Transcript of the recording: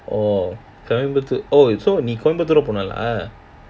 oh Coimbatore oh so Coimbatore போன ஆளா:coimbatore pona aalaa